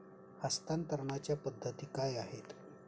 हस्तांतरणाच्या पद्धती काय आहेत?